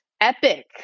epic